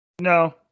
No